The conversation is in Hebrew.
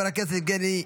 חבר הכנסת אלון שוסטר,